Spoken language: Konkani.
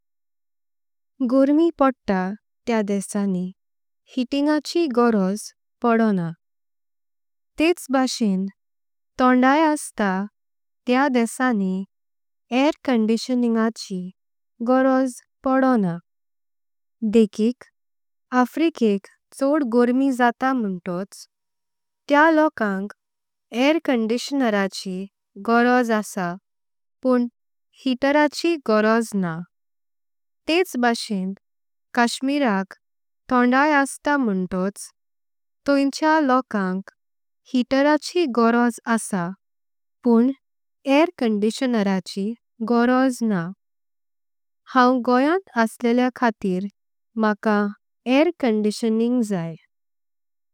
गोरमी पडटा तें देसानी हीटिंगाची गोरझ पडोना। तेंच भाषें थोंडई अस्तां तें देसानी एअर कंडिशनिंगाची। गोरझ पडोना देंखीक अफ्रिकेक छोड गोरमी जातां। म्हणताँच तें लोकांक एअर कंडिशनराची गोरझ आसा। पण हीटराची गोरझ ना तेंच भाषें काश्मीराक थोंडई। अस्तां म्हणताँच तोइचें लोकांक हीटराची गोरझ। आसा पण एअर कंडिशनराची गोरझ ना हांव गोंयांत। असलेलिया खातीर मका एअर कंडिशनिंग जाय।